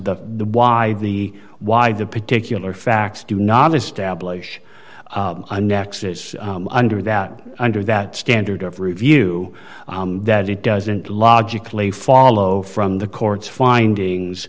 the why the why the particular facts do not establish a nexus under that under that standard of review that it doesn't logically follow from the court's findings